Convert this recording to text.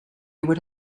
would